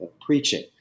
preaching